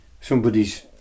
somebody's